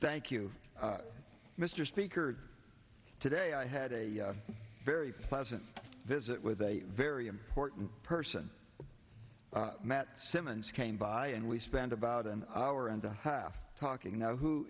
thank you mr speaker today i had a very pleasant visit with a very important person matt simmons came by and we spent about an hour and a half talking now who